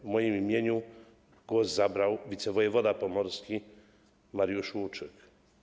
W moim imieniu głos zabrał wicewojewoda pomorski Mariusz Łuczyk.